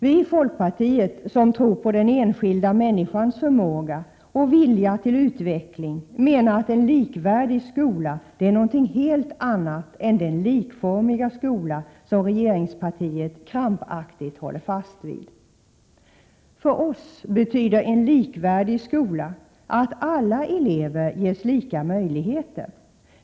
Vi i folkpartiet, som tror på den enskilda människans förmåga och vilja till utveckling, menar att en likvärdig skola är något helt annat än den likformiga skola som regeringspartiet krampaktigt håller fast vid. För oss betyder en likvärdig skola att alla elever ges lika möjligheter.